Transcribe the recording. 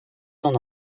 son